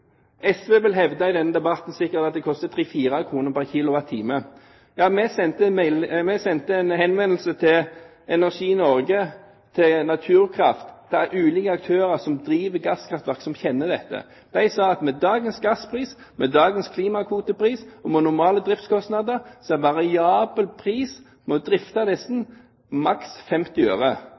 vil sikkert hevde i denne debatten at det koster 3–4 kr pr. kWh. Vi sendte en henvendelse til Energi Norge og til Naturkraft – det er ulike aktører som driver gasskraftverk, og som kjenner dette. De sa at med dagens gasspris, med dagens klimakvotepris og med normale driftskostnader er variabel pris ved å drifte disse maks 50 øre.